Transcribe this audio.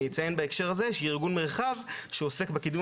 אני אציין בהקשר הזה שארגון מרחב שעוסק בקידום